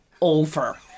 over